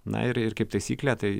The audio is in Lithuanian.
na ir ir kaip taisyklė tai